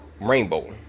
Rainbow